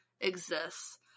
exists